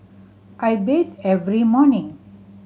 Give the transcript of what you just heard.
I bathe every morning